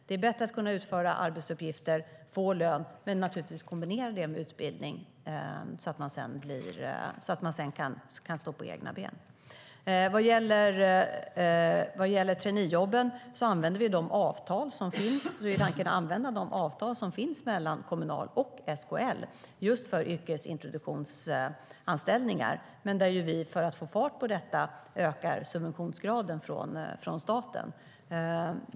Det är bättre att kunna utföra arbetsuppgifter och få lön, men naturligtvis kombinera det med utbildning så att man sedan kan stå på egna ben. Vad gäller traineejobben är tanken att använda de avtal som finns mellan Kommunal och SKL för just yrkesintroduktionsanställningar. För att få fart på detta ökar vi dock subventionsgraden från staten.